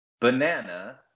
banana